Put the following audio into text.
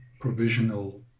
provisional